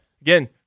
Again